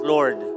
Lord